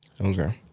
Okay